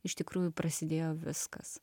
iš tikrųjų prasidėjo viskas